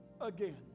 again